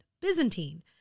Byzantine